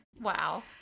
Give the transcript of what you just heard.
Wow